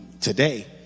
today